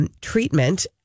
treatment